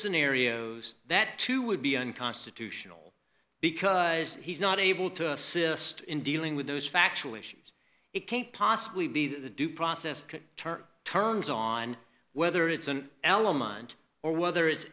scenarios that too would be unconstitutional because he's not able to assist in dealing with those factual issues it can't possibly be the due process term turns on whether it's an element or whether